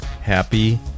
Happy